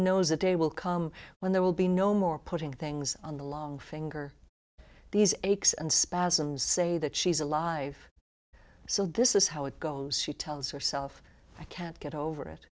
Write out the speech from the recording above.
knows the day will come when there will be no more putting things on the long finger these aches and spasms say that she's alive so this is how it goes she tells herself i can't get over it